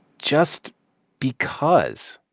just because.